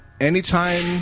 Anytime